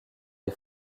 les